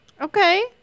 Okay